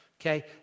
okay